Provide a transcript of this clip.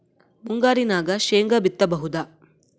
ಮುಂಗಾರಿನಾಗ ಶೇಂಗಾ ಬಿತ್ತಬಹುದಾ?